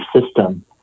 system